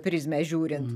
prizmę žiūrint